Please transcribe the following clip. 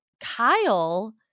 Kyle